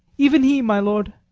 even he, my lord.